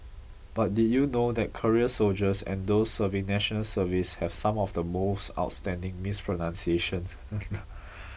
but did you know that career soldiers and those serving National Service have some of the most outstanding mispronunciations